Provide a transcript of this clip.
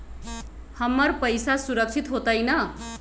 हमर पईसा सुरक्षित होतई न?